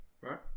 Right